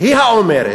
היא האומרת,